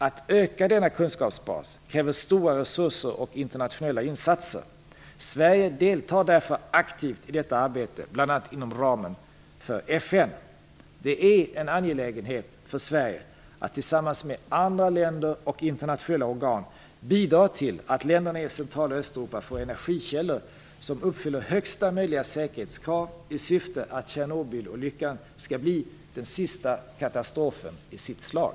Att öka denna kunskapsbas kräver stora resurser och internationella insatser. Sverige deltar därför aktivt i detta arbete bl.a. inom ramen för Det är en angelägenhet för Sverige att tillsammans med andra länder och internationella organ bidra till att länderna i Central och Östeuropa får energikällor som uppfyller högsta möjliga säkerhetskrav i syfte att Tjernobylolyckan skall bli den sista katastrofen i sitt slag.